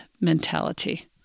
mentality